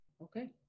Okay